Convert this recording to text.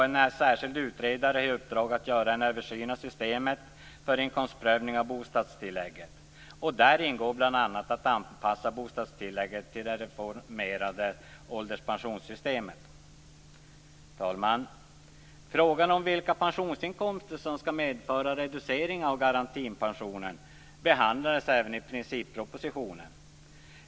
En särskild utredare har i uppdrag att göra en översyn av systemet för inkomstprövning av bostadstillägget. Där ingår bl.a. att anpassa bostadstillägget till det reformerade ålderspensionssystemet. Herr talman! Frågan om vilka pensionsinkomster som skall medföra reducering av garantipensionen behandlades även i princippropositionen.